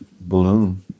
balloon